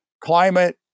climate